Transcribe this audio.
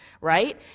right